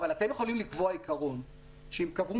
אבל אתם יכולים לקבוע עיקרון שאם קבעו